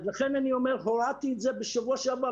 לכן אני אומר שבשבוע שעבר הורדתי,